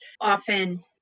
often